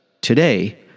Today